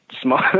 small